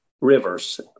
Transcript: rivers